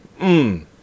Mmm